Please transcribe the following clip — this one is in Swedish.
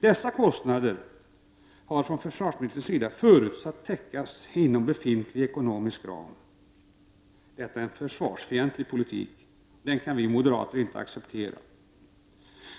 Dessa kostnader har försvarsministern förutsatt skall täckas inom befintlig ekonomisk ram. Detta är en försvarsfientlig politik. Den kan vi moderater inte acceptera.